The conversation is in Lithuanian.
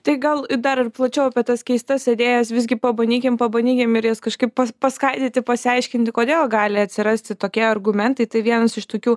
tai gal dar ir plačiau apie tas keistas idėjas visgi pabandykim pabandykim ir jas kažkaip pas paskaidyti pasiaiškinti kodėl gali atsirasti tokie argumentai tai vienas iš tokių